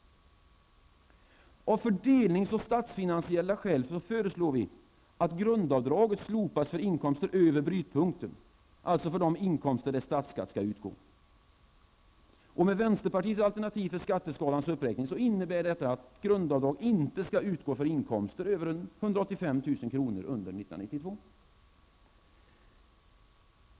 Av fördelnings och statsfinansiella skäl föreslår vänsterpartiet dessutom att grundavdraget slopas för inkomster över brytpunkten, dvs. för de inkomster där statsskatt skall utgå. Med vänsterpartiets alternativ för skatteskalan uppräkning innbär detta att grundavdrag inte skall utgå för inkomster över 185 000 kr. under 1992.